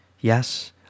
Yes